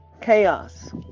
chaos